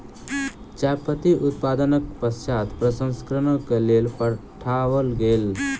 चाय पत्ती उत्पादनक पश्चात प्रसंस्करणक लेल पठाओल गेल